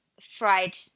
fried